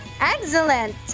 Excellent